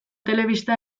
telebista